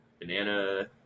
banana